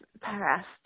past